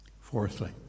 Fourthly